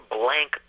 blank